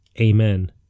Amen